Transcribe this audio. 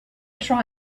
try